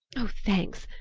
oh, thanks.